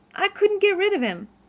i couldn't get rid of him.